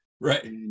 right